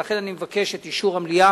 ולכן אני מבקש את אישור המליאה